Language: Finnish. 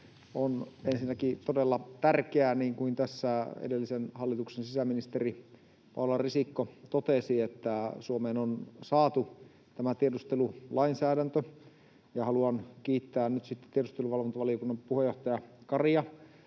On ensinnäkin todella tärkeää, niin kuin tässä edellisen hallituksen sisäministeri Paula Risikko totesi, että Suomeen on saatu tämä tiedustelulainsäädäntö. Ja haluan kiittää nyt sitten tiedusteluvalvontavaliokunnan puheenjohtajaa Karia